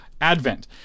advent